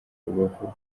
rubavu